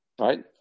Right